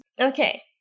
Okay